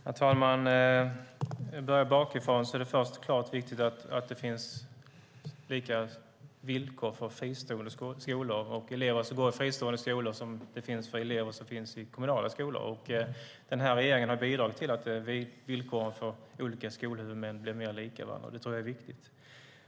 Herr talman! Om jag börjar bakifrån är det självklart viktigt att det är lika villkor för elever som går i fristående skolor och elever som går i kommunala skolor. Denna regering har bidragit till att villkoren för olika skolor har blivit mer lika, och det tror jag är viktigt.